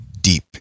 deep